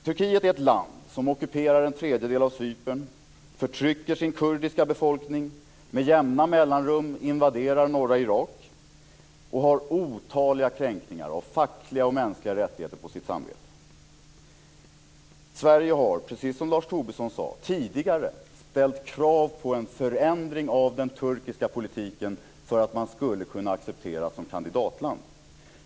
Turkiet är ett land som ockuperar en tredjedel av Cypern, förtrycker sin kurdiska befolkning, invaderar norra Irak med jämna mellanrum och har otaliga kränkningar av fackliga och mänskliga rättigheter på sitt samvete. Sverige har, precis som Lars Tobisson sade, tidigare ställt krav på en förändring av den turkiska politiken för att Turkiet skulle kunna accepteras som kandidatland.